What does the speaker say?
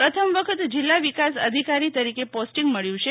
પ્રથમ વખત જિલ્લા વિકાસ અધિકારી તરીકે પોસ્ટિંગ મળ્યું છે